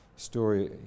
Story